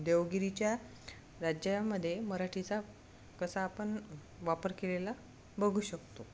देवगिरीच्या राज्यामध्ये मराठीचा कसा आपण वापर केलेला बघू शकतो